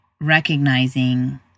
recognizing